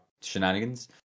shenanigans